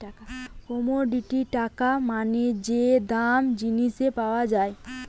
commodity টাকা মানে যে দাম জিনিসের পাওয়া যায়